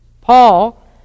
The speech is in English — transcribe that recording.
Paul